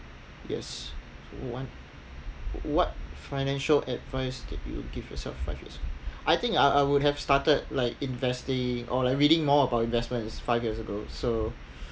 yes so one what financial advice that you will give yourself five years I think I I would have started like investing or like reading more about investment five years ago so